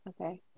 Okay